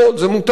זה מותר.